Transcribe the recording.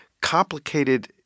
complicated